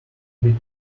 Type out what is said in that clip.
bit